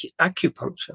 acupuncture